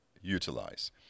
utilize